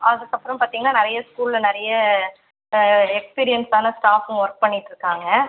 அதுக்கப்புறம் பார்த்திங்கன்னா நிறைய ஸ்கூலில் நிறைய எக்ஸ்பீரியென்ஸான ஸ்டாஃபும் ஒர்க் பண்ணிகிட்டுருக்காங்க